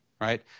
right